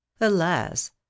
alas